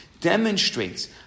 Demonstrates